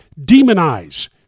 demonize